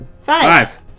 Five